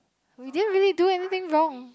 we didn't really do anything wrong